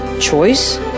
Choice